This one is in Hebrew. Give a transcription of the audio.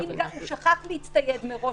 הוא שכח להצטייד מראש